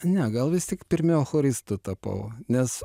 ne gal vis tik pirmiau choristu tapau nes